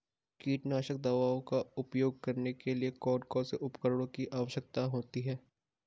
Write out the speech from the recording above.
कीटनाशक दवाओं का उपयोग करने के लिए कौन कौन से उपकरणों की आवश्यकता होती है?